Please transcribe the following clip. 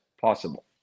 possible